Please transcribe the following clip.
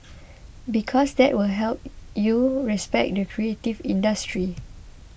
because that will help you respect the creative industry